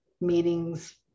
meetings